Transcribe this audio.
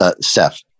Steph